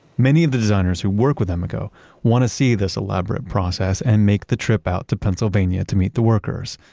many of the designers who work with emeco wanna see this elaborate process and make the trip out to pennsylvania to meet the workers.